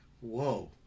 Whoa